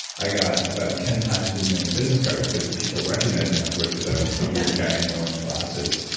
i got about ten times as many business cards because people recognized me afterwards because i was the weird guy in the orange glasses.